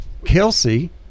Kelsey